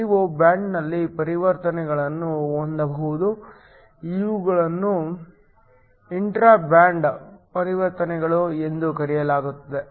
ನೀವು ಬ್ಯಾಂಡ್ನಲ್ಲಿ ಪರಿವರ್ತನೆಗಳನ್ನು ಹೊಂದಬಹುದು ಇವುಗಳನ್ನು ಇಂಟ್ರಾ ಬ್ಯಾಂಡ್ ಪರಿವರ್ತನೆಗಳು ಎಂದು ಕರೆಯಲಾಗುತ್ತದೆ